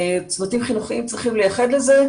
צוותים חינוכיים צריכים לייחד לזה.